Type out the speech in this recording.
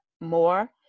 more